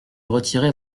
retirer